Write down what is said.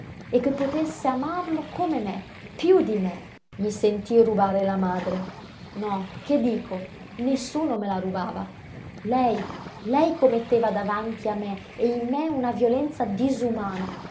e che potesse amarlo come me piú di me i sentii rubare la madre no che dico nessuno me la rubava lei lei commetteva davanti a me e in me una violenza disumana